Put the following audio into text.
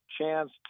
chance